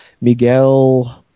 Miguel